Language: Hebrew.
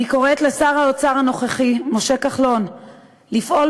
אני קוראת לשר האוצר הנוכחי משה כחלון לפעול